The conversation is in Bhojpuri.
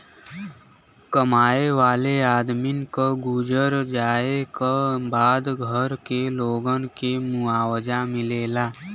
कमाए वाले आदमी क गुजर जाए क बाद घर के लोगन के मुआवजा मिलेला